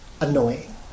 annoying